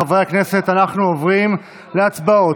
חברי הכנסת, אנחנו עוברים להצבעות